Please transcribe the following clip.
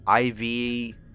IV